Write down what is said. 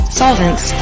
solvents